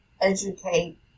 educate